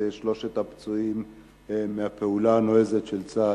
שלושת הפצועים מהפעולה הנועזת של צה"ל.